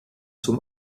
zum